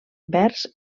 vers